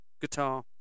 guitar